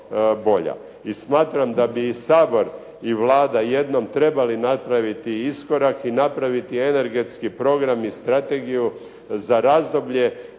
I smatram da bi i Sabor i Vlada jednom trebali napraviti iskorak i napraviti energetski program i strategiju za razdoblje